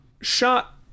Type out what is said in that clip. shot